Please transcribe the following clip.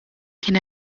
kien